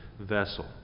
vessel